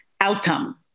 outcome